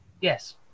Yes